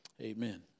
Amen